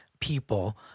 people